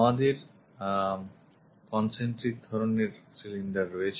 আমাদের concentric ধরনের cylinder রয়েছে